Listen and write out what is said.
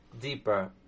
deeper